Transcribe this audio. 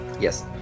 Yes